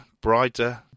brighter